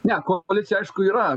ne koalicija aišku yra